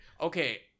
Okay